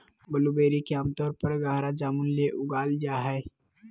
blueberry के आमतौर पर गहरा जामुन ले उगाल जा हइ